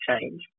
change